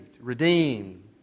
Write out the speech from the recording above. redeemed